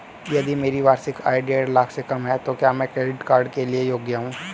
यदि मेरी वार्षिक आय देढ़ लाख से कम है तो क्या मैं क्रेडिट कार्ड के लिए योग्य हूँ?